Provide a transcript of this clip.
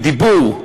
בדיבור,